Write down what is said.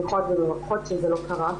שמחות ומברכות שזה לא קרה,